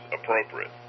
appropriate